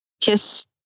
kiss